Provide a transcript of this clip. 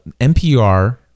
NPR